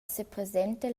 sepresenta